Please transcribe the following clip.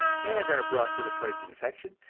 and are brought to the place of infection,